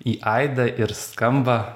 į aidą ir skamba